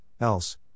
else